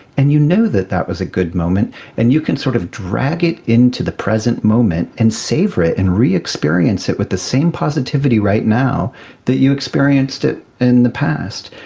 and you know that that was a good moment and you can sort of drag it into the present moment and savour it and re-experience it with the same positivity right now that you've experienced it in the past.